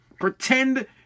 Pretend